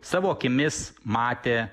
savo akimis matė